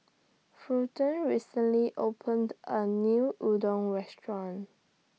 Fulton recently opened A New Udon Restaurant